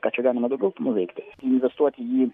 ką čia galima daugiau nuveikti investuoti į